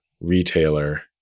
retailer